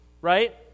right